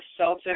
Celtics